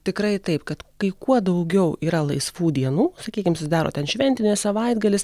tikrai taip kad kai kuo daugiau yra laisvų dienų sakykim susidaro ten šventinis savaitgalis